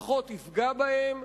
פחות יפגע בהם.